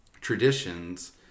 traditions